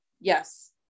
Yes